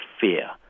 fear